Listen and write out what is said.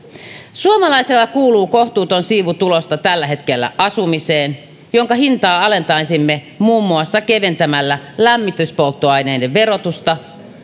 suomalaisella kuluu kohtuuton siivu tuloista tällä hetkellä asumiseen jonka hintaa alentaisimme muun muassa keventämällä lämmityspolttoaineiden verotusta